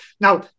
Now